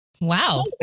Wow